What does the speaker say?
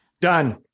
done